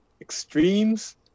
extremes